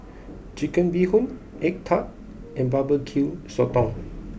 Chicken Bee Hoon Egg Tart and Barbecue Sotong